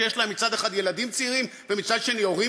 שיש להם מצד אחד ילדים צעירים ומצד שני הורים